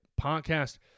podcast